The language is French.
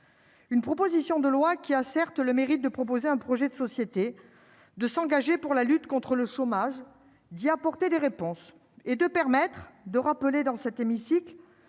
Une proposition de loi qui a certes le mérite de proposer un projet de société, de s'engager pour la lutte contre le chômage, d'y apporter des réponses et de permettre de rappeler dans cet hémicycle,